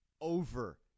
over